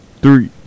three